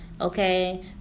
okay